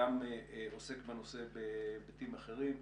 גם עוסק בנושא בהיבטים אחרים,